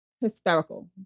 Hysterical